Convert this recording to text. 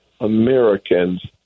Americans